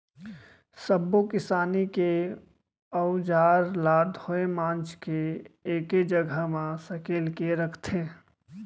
सब्बो किसानी के अउजार ल धोए मांज के एके जघा म सकेल के राखथे